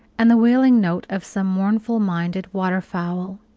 and the wailing note of some mournful-minded water-fowl.